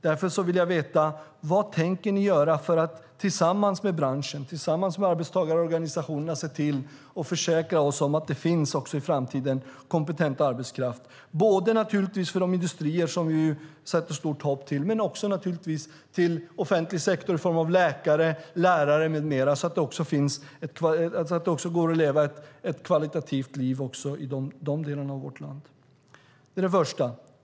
Därför vill jag veta vad ni tänker göra för att tillsammans med branschen och arbetstagarorganisationerna försäkra oss om att det också i framtiden finns kompetent arbetskraft för de industrier som vi sätter stort hopp till och för offentlig sektor i form av läkare, lärare med mera så att det också går att leva ett kvalitativt liv i de delarna av vårt land.